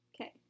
Okay